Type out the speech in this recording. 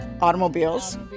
automobiles